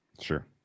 Sure